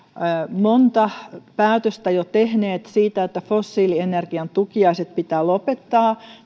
monta päätöstä jo tehneet siitä että fossiilienergian tukiaiset pitää lopettaa